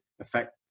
affect